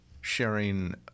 sharing